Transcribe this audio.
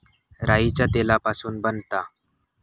राईच्या तेलापासून बनता